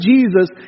Jesus